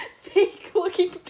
fake-looking